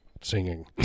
singing